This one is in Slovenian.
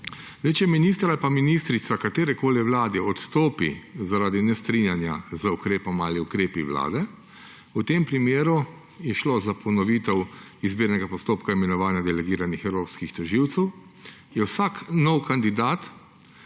če minister ali pa ministrica katere koli vlade odstopi zaradi nestrinjanja z ukrepom ali ukrepi vlade, v tem primeru je šlo za ponovitev izbirnega postopka imenovanja delegiranih evropskih tožilcev, je vsak nov kandidat,